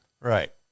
Right